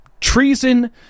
treason